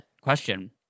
question